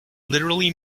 literally